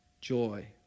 joy